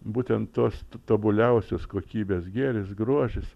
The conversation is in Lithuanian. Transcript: būtent tos tobuliausios kokybės gėris grožis